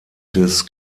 des